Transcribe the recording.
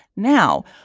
now,